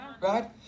Right